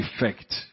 effect